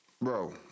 Bro